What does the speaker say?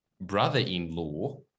brother-in-law